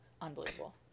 unbelievable